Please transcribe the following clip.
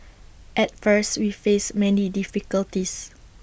at first we faced many difficulties